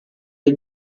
the